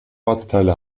ortsteile